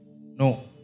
No